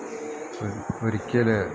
ഒരിക്കല്